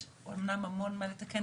יש אומנם הרבה מה לתקן,